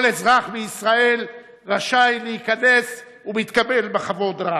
כל אזרח בישראל רשאי להיכנס ומתקבל בכבוד רב.